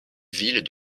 ville